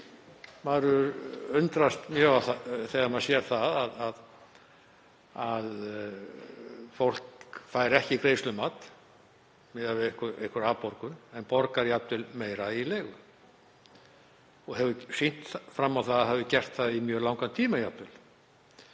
maður undrast mjög þegar maður sér að fólk fær ekki greiðslumat miðað við einhverja afborgun en borgar jafnvel meira í leigu og hefur sýnt fram á að það hafi gert það í mjög langan tíma.